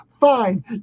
fine